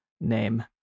name